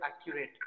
accurate